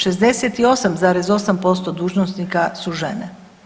68,8% dužnosnika su žene.